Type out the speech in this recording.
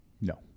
No